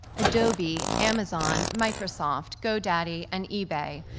adobe, amazon, microsoft, go daddy, and ebay.